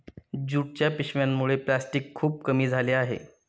ज्यूटच्या पिशव्यांमुळे प्लॅस्टिक खूप कमी झाले आहे